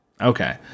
Okay